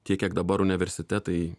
tiek kiek dabar universitetai